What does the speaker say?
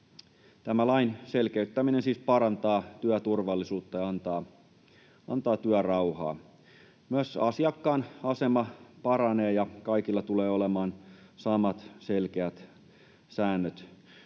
Tämä lain selkeyttäminen siis parantaa työturvallisuutta ja antaa työrauhaa. Myös asiakkaan asema paranee, ja kaikilla tulee olemaan samat selkeät säännöt.